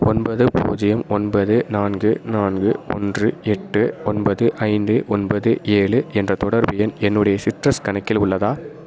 ஒன்பது பூஜ்ஜியம் ஒன்பது நான்கு நான்கு ஒன்று எட்டு ஒன்பது ஐந்து ஒன்பது ஏழு என்ற தொடர்பு எண் என்னுடைய சிட்ரஸ் கணக்கில் உள்ளதா